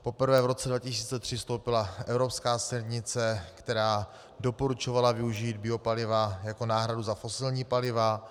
Poprvé v roce 2003 vstoupila evropská směrnice, která doporučovala využít biopaliva jako náhradu za fosilní paliva.